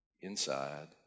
Inside